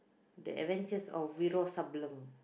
the Avengers or Wiro-Sableng